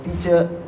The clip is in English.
teacher